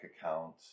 account